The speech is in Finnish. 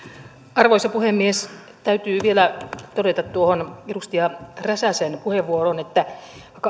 arvoisa puhemies täytyy vielä todeta tuohon edustaja räsäsen puheenvuoroon että